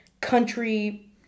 country